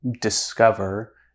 discover